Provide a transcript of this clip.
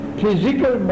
physical